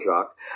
shock